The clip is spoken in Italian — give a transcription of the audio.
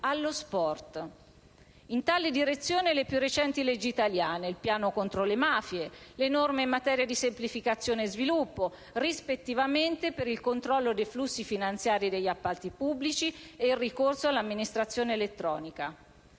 allo sport. In tale direzione vanno le più recenti leggi italiane, il piano contro le mafie, le norme in materia di semplificazione e sviluppo, rispettivamente per il controllo dei flussi finanziari degli appalti pubblici e il ricorso all'amministrazione elettronica.